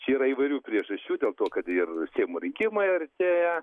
čia yra įvairių priežasčių dėl to kad ir seimo rinkimai artėja